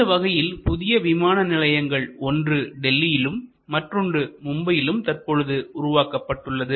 இந்த வகையில் புதிய விமான நிலையங்களில் ஒன்று டெல்லியிலும் மற்றொன்று மும்பையிலும் தற்பொழுது உருவாக்கப்பட்டுள்ளது